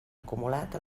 acumulat